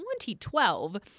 2012